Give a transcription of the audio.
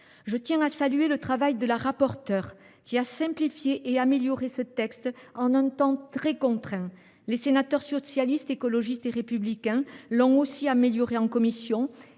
Je tiens à saluer le travail de Mme la rapporteure, qui a simplifié et amélioré ce texte dans un temps très contraint. Les sénateurs du groupe Socialiste, Écologiste et Républicain l’ont aussi amélioré en commission.